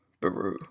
Baru